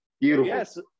beautiful